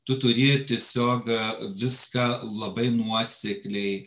tu turi tiesiog viską labai nuosekliai